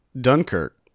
Dunkirk